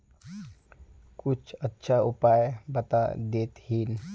कुछ अच्छा उपाय बता देतहिन?